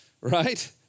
right